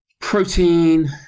protein